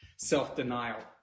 self-denial